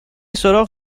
سراغ